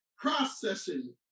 processing